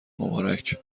مبارک